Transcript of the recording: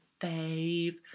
fave